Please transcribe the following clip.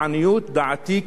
לעניות דעתי,